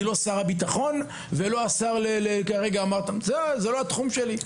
אני לא שר הביטחון, זה לא התחום שלי.